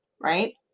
right